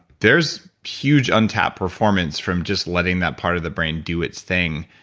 there's huge untapped performance from just letting that part of the brain do it's thing.